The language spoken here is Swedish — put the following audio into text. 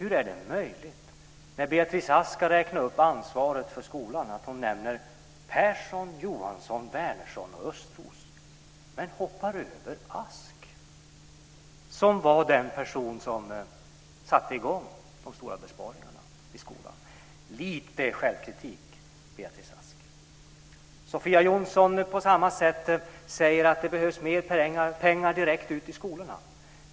Hur är det möjligt att Beatrice Ask, när hon räknar upp vem som har ansvaret för skolan, nämner Persson, Johansson, Wärnersson och Östros men hoppar över Ask, som var den person som satte i gång de stora besparingarna i skolan? Får jag be om lite självkritik, Beatrice Ask. Sofia Jonsson säger på samma sätt att det behövs mer pengar direkt ut i skolorna.